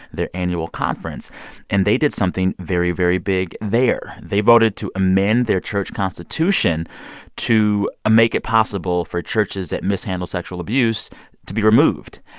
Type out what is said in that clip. their annual conference and they did something very, very big there they voted to amend their church constitution to make it possible for churches that mishandle sexual abuse to be removed.